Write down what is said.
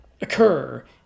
occur